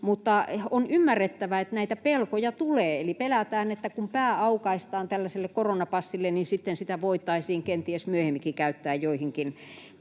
mutta on ymmärrettävää, että näitä pelkoja tulee, eli pelätään, että kun pää aukaistaan tällaiselle koronapassille, niin sitä voitaisiin kenties myöhemmin käyttää joihinkin